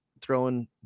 throwing